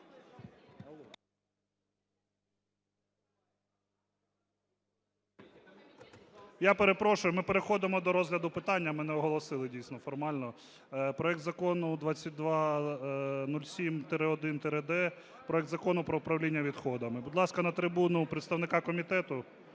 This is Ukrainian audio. Я перепрошую, ми переходимо до розгляду питання, ми не оголосили дійсно формально. Проект Закону 2207-1-д – проект Закону про управління відходами. Будь ласка, на трибуну представника комітету.